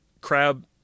Crab